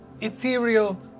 Ethereal